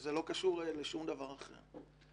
וזה לא קשור לשום דבר אחר.